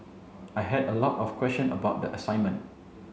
I had a lot of question about the assignment